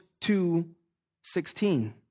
2.16